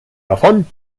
davon